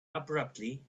abruptly